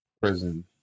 prison